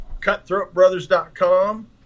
Cutthroatbrothers.com